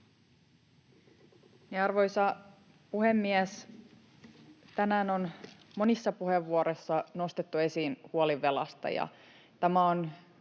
Arvoisa puhemies! Tänään on monissa puheenvuoroissa nostettu esiin huoli velasta,